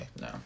No